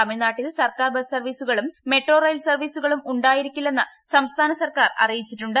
തമിഴ്നാട്ടിൽ സർക്കാർ ബസ് സർവീസുകളും മെട്രോ റെയിൽ സർവീസുകളും ഉണ്ടായിരിക്കില്ലെന്ന് സംസ്ഥാന സർക്കാർ അറിയിച്ചിട്ടുണ്ട്